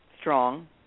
Strong